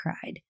cried